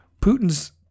Putin's